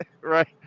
Right